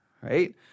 right